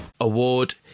award